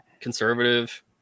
conservative